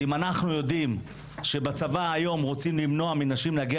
אם אנחנו יודעים שבצבא היום רוצים למנוע מנשים להגיע